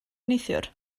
neithiwr